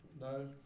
No